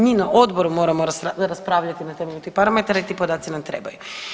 Mi na odboru moramo raspravljati na temelju tih parametara i ti podaci nam trebaju.